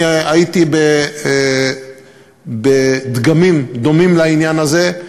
אני הייתי בדגמים דומים לעניין הזה,